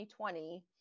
2020